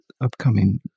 upcoming